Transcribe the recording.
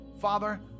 Father